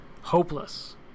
Hopeless